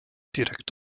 direkt